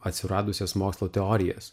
atsiradusias mokslo teorijas